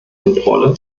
kontrolle